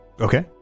Okay